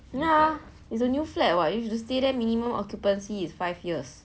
ya it's a new flat [what] you should stay there minimum occupancy is five years